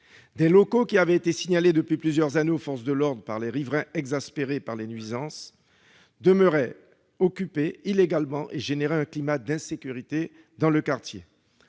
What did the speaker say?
Des locaux qui avaient été signalés depuis plusieurs années aux forces de l'ordre par les riverains exaspérés par les nuisances demeuraient occupés illégalement, ce qui entraînait un climat d'insécurité dans le quartier.